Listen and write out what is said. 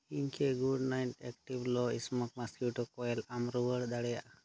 ᱤᱧ ᱠᱤ Good Knight active low smoke mosquito coil ᱟᱢ ᱨᱩᱣᱟᱹᱲ ᱫᱟᱲᱮᱭᱟᱜᱼᱟ